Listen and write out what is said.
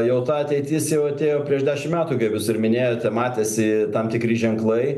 jau ta ateitis jau atėjo prieš dešim metų kap jūs ir minėjote matėsi tam tikri ženklai